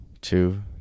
Two